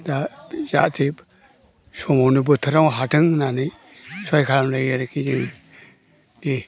दा जाहाथे समावनो बोथोराव हाथों होननानै सहाय खालाम लायो आरोखि जोङो दे